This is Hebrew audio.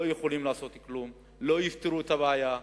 לא יפתרו את הבעיה,